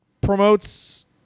promotes